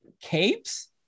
capes